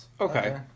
Okay